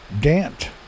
Dant